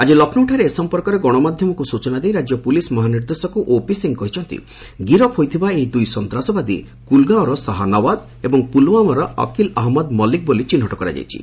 ଆକି ଲକ୍ଷ୍ନୌଠାରେ ଏ ସମ୍ପର୍କରେ ଗଣମାଧ୍ୟମକୁ ସୂଚନା ଦେଇ ରାଜ୍ୟ ପୁଲିସ୍ ମହାନିର୍ଦ୍ଦେଶକ ଓପି ସିଂହ କହିଛନ୍ତି ଗିରଫ୍ ହୋଇଥିବା ଏହି ଦୁଇ ସନ୍ତାସବାଦୀ କୁଲଗାଓଁର ସାହା ନୱାଜ୍ ଏବଂ ପୁଲଓ୍ୱାମାର ଅକିଲ ଅହମ୍ମଦ ମଲ୍ଲିକ ବୋଲି ଚିହ୍ନଟ କରାଯାଇଛି